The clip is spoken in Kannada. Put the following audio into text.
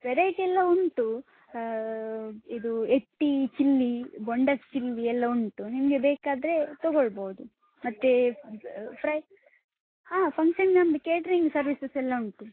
ವೆರೈಟಿ ಎಲ್ಲ ಉಂಟು ಇದು ಎಟ್ಟಿ ಚಿಲ್ಲಿ ಬೊಂಡಸ್ ಚಿಲ್ಲಿ ಎಲ್ಲ ಉಂಟು ನಿಮಗೆ ಬೇಕಾದರೆ ತೊಗೊಳ್ಬಹುದು ಮತ್ತು ಫ್ರೈ ಹಾಂ ಫಂಕ್ಷನ್ ನಮ್ದು ಕೇಟ್ರಿಂಗ್ ಸರ್ವಿಸಸ್ ಎಲ್ಲ ಉಂಟು